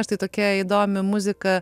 štai tokia įdomi muzika